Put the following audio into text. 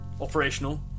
operational